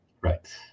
right